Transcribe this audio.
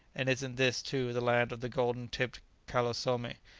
and isn't this, too, the land of the golden-tipped calosomi?